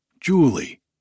Julie